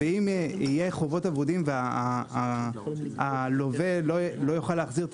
ואם יהיו חובות אבודים והלווה לא יוכל להחזיר את